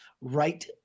right